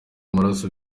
amaraso